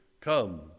Come